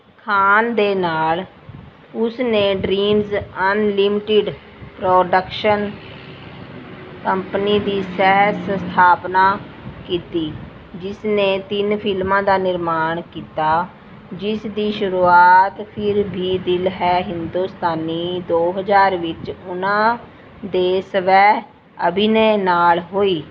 ਖਾਨ ਦੇ ਨਾਲ ਉਸ ਨੇ ਡ੍ਰੀਮਜ਼ ਅਨਲਿਮਟਿਡ ਪ੍ਰੋਡਕਸ਼ਨ ਕੰਪਨੀ ਦੀ ਸਹਿ ਸੰਸਥਾਪਨਾ ਕੀਤੀ ਜਿਸ ਨੇ ਤਿੰਨ ਫਿਲਮਾਂ ਦਾ ਨਿਰਮਾਣ ਕੀਤਾ ਜਿਸ ਦੀ ਸ਼ੁਰੂਆਤ ਫਿਰ ਭੀ ਦਿਲ ਹੈ ਹਿੰਦੁਸਤਾਨੀ ਦੋ ਹਜ਼ਾਰ ਵਿੱਚ ਉਹਨਾਂ ਦੇ ਸਵੈ ਅਭਿਨੈ ਨਾਲ ਹੋਈ